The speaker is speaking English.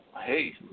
hey